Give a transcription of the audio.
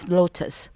lotus